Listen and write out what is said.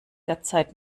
derzeit